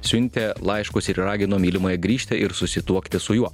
siuntė laiškus ir ragino mylimąją grįžti ir susituokti su juo